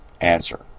Answer